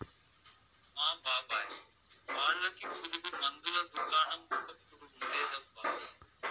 మా బాబాయ్ వాళ్ళకి పురుగు మందుల దుకాణం ఒకప్పుడు ఉండేదబ్బా